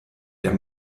der